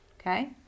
Okay